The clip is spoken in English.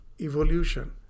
evolution